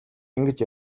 ингэж